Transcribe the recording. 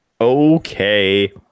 okay